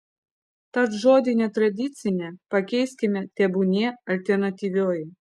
tad žodį netradicinė pakeiskime tebūnie alternatyvioji